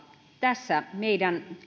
tässä meidän